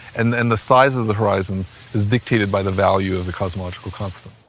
and then the size of the horizon is dictated by the value of the cosmological concept.